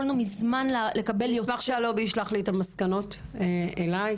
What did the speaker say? יכולנו מזמן לקבל --- אני אשמח שהלובי ישלח את המסקנות אליי,